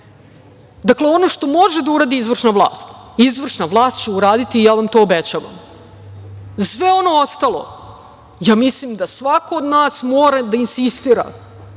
ono što može da uradi izvršna vlast, izvršna vlast će uraditi i ja vam to obećavam. Za sve ono ostalo, ja mislim da svako od nas mora da insistira,